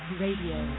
radio